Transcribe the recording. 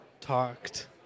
talked